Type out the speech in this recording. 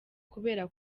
kubera